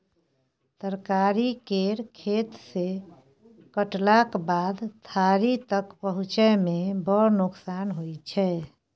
तरकारी केर खेत सँ कटलाक बाद थारी तक पहुँचै मे बड़ नोकसान होइ छै